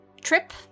trip